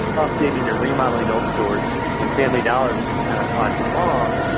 updating and remodeling old stores and family dollar was just kind of plodding along,